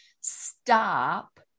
stop